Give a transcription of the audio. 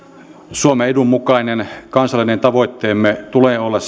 suomen edun mukaisen kansallisen tavoitteemme tulee olla